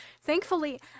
Thankfully